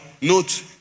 Note